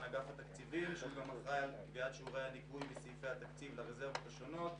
האגף אחראי לקביעת שיעורי הניכוי מסעיפי תקציב המדינה לרזרבות השונות,